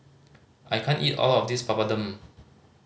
I can't eat all of this Papadum